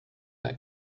that